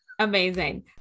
Amazing